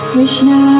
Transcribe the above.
Krishna